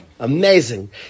Amazing